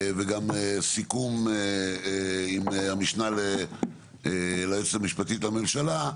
וגם סיכום עם המשנה ליועצת המשפטית לממשלה,